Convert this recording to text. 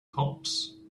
cops